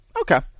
Okay